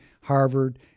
Harvard